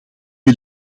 wil